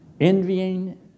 Envying